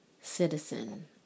citizen